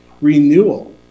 Renewal